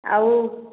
ଆଉ